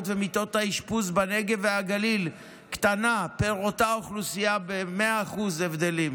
ומיטות האשפוז בנגב והגליל קטן פר אותה אוכלוסייה ב-100% בהבדל: